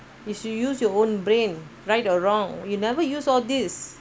if you use your own brain right or wrong you never use all this